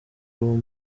uwo